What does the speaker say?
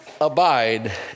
abide